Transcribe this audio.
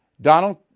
Donald